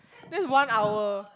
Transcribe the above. that's one hour